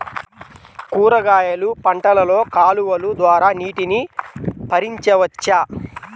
కూరగాయలు పంటలలో కాలువలు ద్వారా నీటిని పరించవచ్చా?